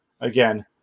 again